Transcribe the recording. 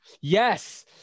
Yes